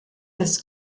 des